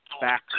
Back